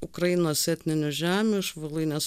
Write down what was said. ukrainos etninių žemių iš voluinės